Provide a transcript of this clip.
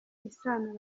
isano